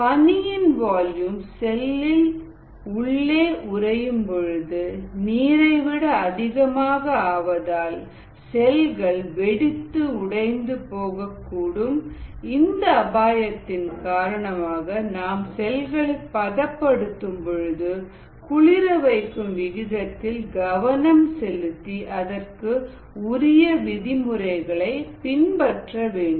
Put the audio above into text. பனியின்வால்யூம் செல்லின் உள்ளே உறையும் பொழுது நீரை விட அதிகமாக ஆவதால் செல்கள் வெடித்து உடைந்து போகக் கூடும் இந்த அபாயத்தின் காரணமாக நாம் செல்களை பதப்படுத்தும் பொழுது குளிரவைக்கும் விகிதத்தில் கவனம் செலுத்தி அதற்கு உரிய விதிமுறைகளை பின்பற்ற வேண்டும்